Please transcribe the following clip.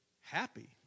happy